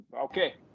Okay